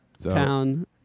town